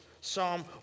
Psalm